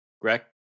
Greg